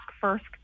first